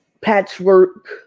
patchwork